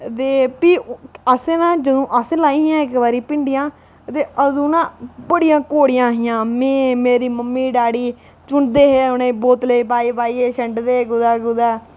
ते भी असें ना जदूं असें लाइयां हियां इक बारी भिंड्डियां ते अदूं ना बड़ियां कौड़ियां हियां में मेरे मम्मी डैडी चुनदे हे उ'नें ई बोतलें च पाई पाइयै छंडदे हे कुतै कुतै